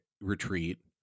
retreat